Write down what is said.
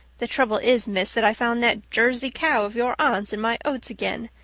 the trouble is, miss, that i found that jersey cow of your aunt's in my oats again,